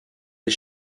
des